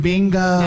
Bingo